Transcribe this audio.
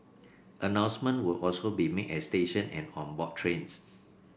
announcements will also be made at stations and on board trains